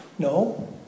No